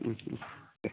दे